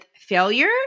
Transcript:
failure